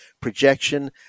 projection